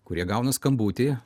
kurie gauna skambutį